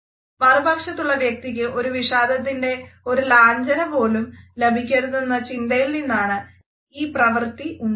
മറുപക്ഷത്തുള്ള വ്യക്തിക്ക് വിഷാദത്തിൻ്റെ ഒരു ലാഞ്ഛനപോലും ലഭിക്കരുതെന്നുള്ള ചിന്തയിൽനിന്നാണ് ഈ പ്രവൃത്തി ഉണ്ടാകുന്നത്